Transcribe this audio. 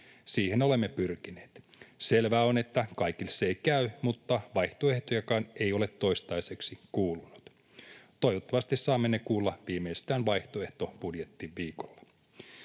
Siihen olemme pyrkineet. Selvää on, että kaikille se ei käy, mutta vaihtoehtojakaan ei ole toistaiseksi kuulunut. Toivottavasti saamme ne kuulla viimeistään vaihtoehtobudjettiviikolla.